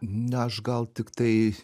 ne aš gal tiktai